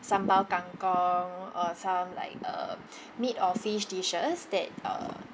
sambal kang kong or some like a meat or fish dishes that uh